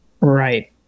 Right